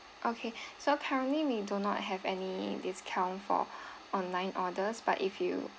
okay so currently we do not have any discount for online orders but if you